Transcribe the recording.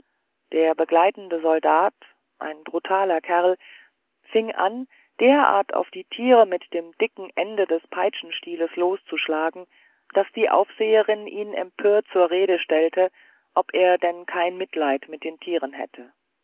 der begleitende soldat ein brutaler kerl fing an derart auf die tiere mit dem dicken ende des peitschenstieles loszuschlagen daß die aufseherin ihn empört zur rede stellte ob er denn kein mitleid mit den tieren hätte